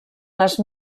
les